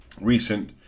recent